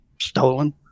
stolen